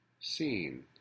Seen